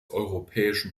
europäischen